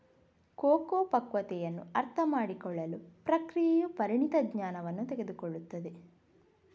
cocoa ಪಕ್ವತೆಯನ್ನು ಅರ್ಥಮಾಡಿಕೊಳ್ಳಲು ಪ್ರಕ್ರಿಯೆಯು ಪರಿಣಿತ ಜ್ಞಾನವನ್ನು ತೆಗೆದುಕೊಳ್ಳುತ್ತದೆ